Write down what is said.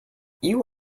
you